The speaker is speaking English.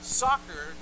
soccer